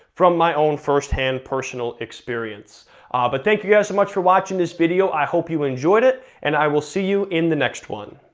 from my own first hand personal experience but thank you guys so much for watching this video, i hope you enjoyed it, and i will see you in the next one.